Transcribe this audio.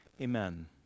Amen